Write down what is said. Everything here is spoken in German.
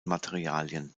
materialien